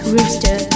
Rooster